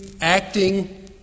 acting